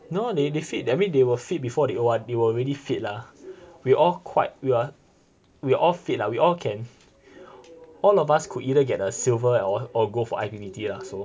no they they fit I mean they were fit before they O_R_D they were already fit lah we all quite we're we're all fit lah we all can all of us could either get a silver or or gold for I_P_P_T lah so